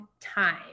time